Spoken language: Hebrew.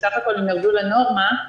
שסך הכול ירדו לנורמה.